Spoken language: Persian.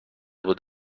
بود